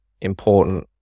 important